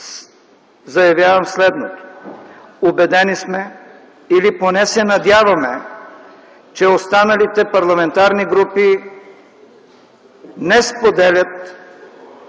заявявам следното. Убедени сме или поне се надяваме, че останалите парламентарни групи не споделят